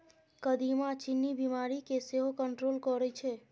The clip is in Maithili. कदीमा चीन्नी बीमारी केँ सेहो कंट्रोल करय छै